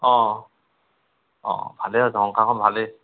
অঁ অঁ ভালেই হৈছে সংসাৰখন ভালেই